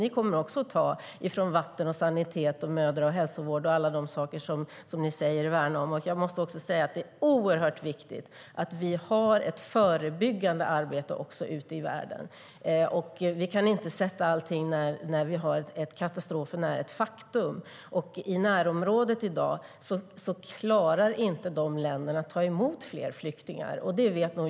Ni kommer också att ta från vatten och sanitet, mödra och hälsovård och alla de saker som ni säger er värna om. Jag måste också säga att det är oerhört viktigt att vi också har ett förebyggande arbete ute i världen. När katastrofen är ett faktum kan vi inte göra allt. Dessa länder i närområdet klarar i dag inte att ta emot fler flyktingar.